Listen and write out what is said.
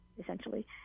essentially